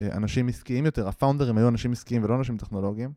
אנשים עסקיים יותר, הפאונדרים היו אנשים עסקיים ולא אנשים טכנולוגיים.